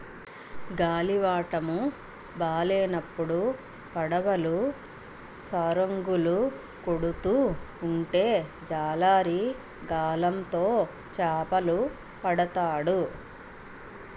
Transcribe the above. గాలివాటము బాలేనప్పుడు పడవలు సరంగులు కొడుతూ ఉంటే జాలరి గాలం తో చేపలు పడతాడు